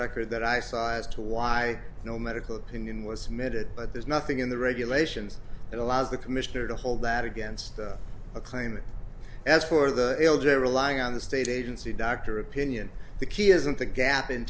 record that i saw as to why no medical opinion was mid it but there's nothing in the regulations that allows the commissioner to hold that against a claim as for the elder relying on the state agency doctor opinion the key isn't the gap in